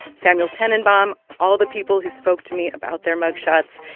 samuel tenenbaum, all the people who spoke to me about their mug shots.